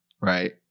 right